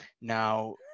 Now